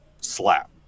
slap